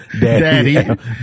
Daddy